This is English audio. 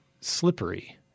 slippery